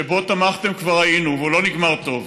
שבה תמכתם, כבר היינו, והוא לא נגמר טוב.